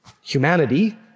humanity